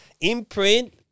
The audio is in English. Imprint